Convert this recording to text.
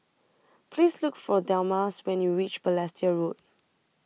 Please Look For Delmas when YOU REACH Balestier Road